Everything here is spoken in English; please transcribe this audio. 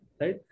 right